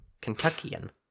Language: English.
Kentuckian